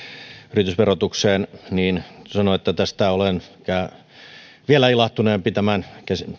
yritysverotukseen niin voi sanoa että tästä olen ehkä vielä ilahtuneempi tämän